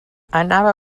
anava